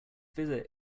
visit